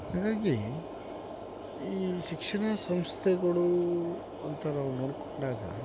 ಹಾಗಾಗಿ ಈ ಶಿಕ್ಷಣಸಂಸ್ಥೆಗಳು ಅಂತ ನಾವು ನೋಡಿಕೊಂಡಾಗ